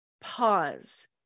pause